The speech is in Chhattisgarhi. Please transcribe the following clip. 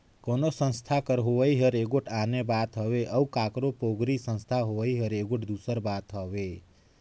कोनो संस्था कर होवई हर एगोट आने बात हवे अउ काकरो पोगरी संस्था होवई हर एगोट दूसर बात हवे